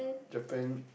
Japan